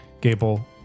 Gable